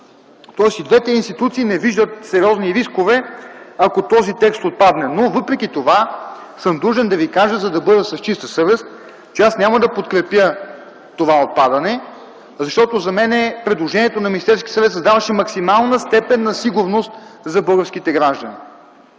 тоест и двете институции не виждат сериозни рискове, ако този текст отпадне. Въпреки това съм длъжен да ви кажа, за да бъда с чиста съвест, че аз няма да подкрепя това отпадане, защото за мене предложението на Министерски съвет създаваше максимална степен на сигурност за българските граждани.